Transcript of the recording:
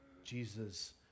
Jesus